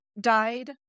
died